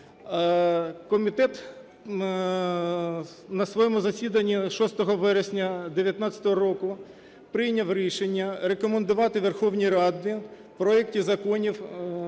Комітет на своєму засіданні 6 вересня 19-го року прийняв рішення рекомендувати Верховній Раді проекти законів